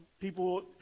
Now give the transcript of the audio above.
People